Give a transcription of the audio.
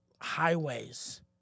highways